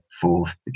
fourth